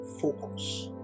Focus